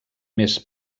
més